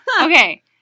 Okay